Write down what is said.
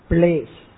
Place